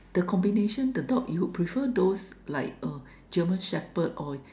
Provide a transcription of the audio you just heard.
the combination the dog you prefer those like uh German Shepherd or